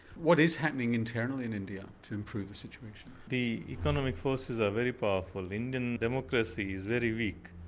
what is happening internally in india to improve the situation? the economic forces are very powerful, indian democracy is very weak.